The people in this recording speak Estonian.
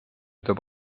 toob